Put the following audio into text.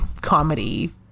comedy